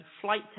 flight